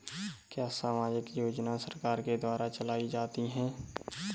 क्या सामाजिक योजनाएँ सरकार के द्वारा चलाई जाती हैं?